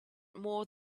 more